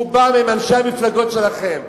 רובם הם אנשי המפלגות שלכם.